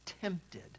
tempted